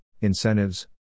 incentives